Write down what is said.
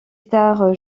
stars